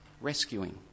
rescuing